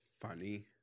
funny